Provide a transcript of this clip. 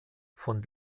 von